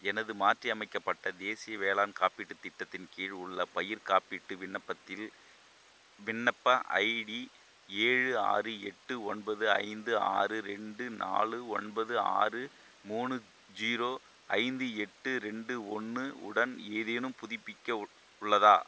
எனது மாற்றியமைக்கப்பட்ட தேசிய வேளாண் காப்பீட்டுத் திட்டத்தின் கீழ் உள்ள பயிர்க் காப்பீட்டு விண்ணப்பத்தில் விண்ணப்ப ஐடி ஏழு ஆறு எட்டு ஒன்பது ஐந்து ஆறு ரெண்டு நாலு ஒன்பது ஆறு மூணு ஜீரோ ஐந்து எட்டு ரெண்டு ஒன்று உடன் ஏதேனும் புதுப்பிக்க உட் உள்ளதா